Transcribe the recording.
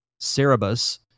Cerebus